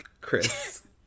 Chris